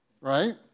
Right